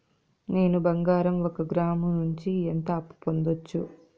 నేను బంగారం ఒక గ్రాము నుంచి ఎంత అప్పు పొందొచ్చు